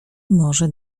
może